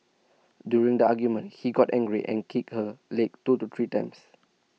during the argument he got angry and kicked her legs two to three times